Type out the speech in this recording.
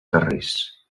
carrers